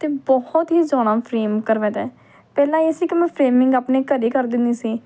ਅਤੇ ਬਹੁਤ ਹੀ ਸੋਹਣਾ ਫਰੇਮ ਕਰਵਾਈ ਦਾ ਹੈ ਪਹਿਲਾਂ ਇਹ ਸੀ ਕਿ ਮੈਂ ਫਰੇਮਿੰਗ ਆਪਣੇ ਘਰ ਕਰ ਦਿੰਦੀ ਸੀ